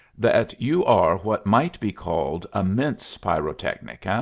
that you are what might be called a mince-pyrotechnic, ah?